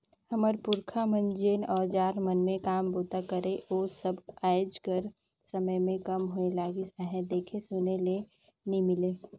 हमर पुरखा मन जेन अउजार मन मे काम बूता करे ओ सब आएज कर समे मे कम होए लगिस अहे, देखे सुने ले नी मिले